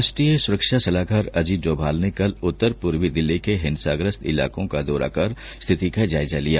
राष्ट्रीय सुरक्षा सलाहकार अजित डोभाल ने कल उत्तर पूर्वी दिल्ली के हिंसाग्रस्त इलाकों का दौरा कर स्थिति का जायजा लिया